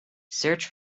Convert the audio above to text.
search